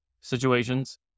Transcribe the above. situations